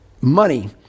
money